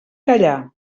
callar